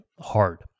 hard